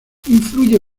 influye